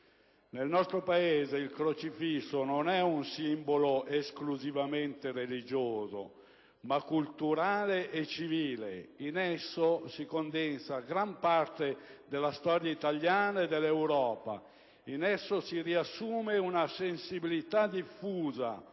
Nel nostro Paese il crocifisso non è un simbolo esclusivamente religioso, ma culturale e civile. In esso si condensa gran parte della storia italiana e dell'Europa. In esso si riassume una sensibilità diffusa